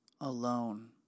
alone